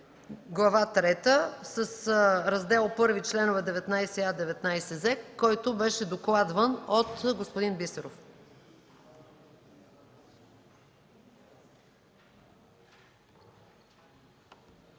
Глава трета с Раздел І – членове 19а-19з, който беше докладван от господин Бисеров.